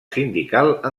sindical